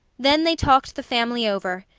then they talked the family over,